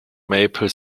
maple